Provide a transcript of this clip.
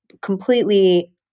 completely